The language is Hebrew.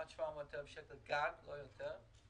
קבענו עד 700,000 שקל גג, לא יותר.